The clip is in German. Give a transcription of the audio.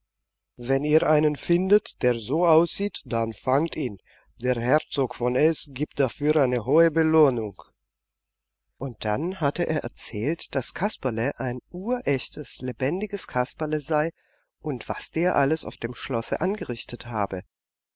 wenn ihr einen findet der so aussieht dann fangt ihn der herzog von s gibt dafür eine hohe belohnung und dann hatte er erzählt daß kasperle ein urechtes lebendiges kasperle sei und was der alles auf dem schlosse angerichtet habe